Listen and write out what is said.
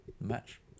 match